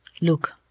look